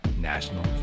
National